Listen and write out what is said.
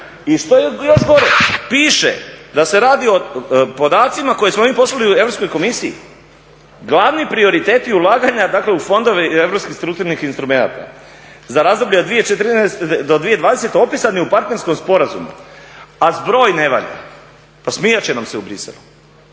I što je još gore piše da se radi o podacima koje smo mi poslali Europskoj komisiji glavni prioriteti ulaganja u fondove europskih strukturnih instrumenata, za razdoblje 2014.-2020.opisani u partnerskom sporazumu, a zbroj ne valja. Pa smijat će nam se u Bruxellesu,